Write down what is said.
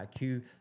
iq